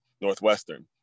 Northwestern